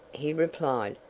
he replied.